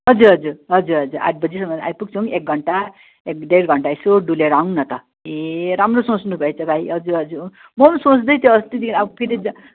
हजुर हजुर हजुर हजुर आठ बजी नभई आइपुग्छौँ एक घन्टा एक डेढ घन्टा यसो डुलेर आउँ न त ए राम्रो सोच्नुभएछ भाइ हजुर हजुर म पनि सोच्दैथेँ अस्तिदेखि अब फेरि